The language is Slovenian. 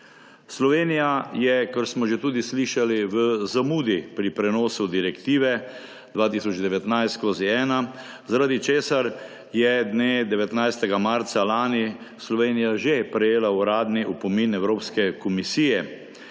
Slovenija je, kot smo že tudi slišali, v zamudi pri prenosu Direktive 2019/1, zaradi česar je dne 19. marca lani Slovenija že prejela uradni opomin Evropske komisije.